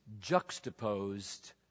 juxtaposed